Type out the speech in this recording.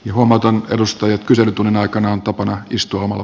kihomato edustaja kyselytunnin aikana on tapana istua mal